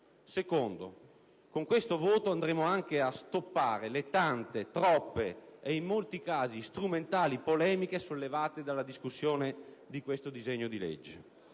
Secondo: con questo voto andremo anche a stoppare le tante, troppe e in molti casi strumentali polemiche sollevate dalla discussione di questo disegno di legge.